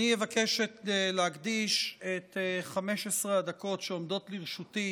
אני אבקש להקדיש את 15 הדקות שעומדות לרשותי